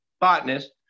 botanist